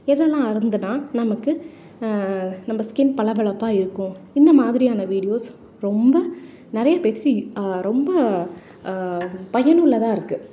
எதெல்லாம் அருந்தினா நமக்கு நம்ம ஸ்கின் பளபளப்பாக இருக்கும் இந்த மாதிரியான வீடியோஸ் ரொம்ப நிறைய பேருத்துக்கு ரொம்ப பயனுள்ளதாக இருக்குது